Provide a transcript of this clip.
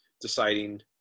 deciding